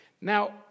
Now